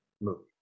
movie